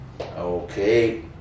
Okay